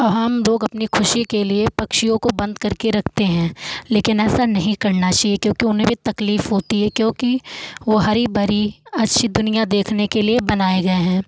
और हम लोग अपने ख़ुशी के लिए पक्षियों को बंद करके रखते हैं लेकिन ऐसा नहीं करना चहिए क्योंकि उन्हें भी तकलीफ़ होती है क्योंकि वो हरी भरी अच्छी दुनियाँ देखने के लिए बनाए गए हैं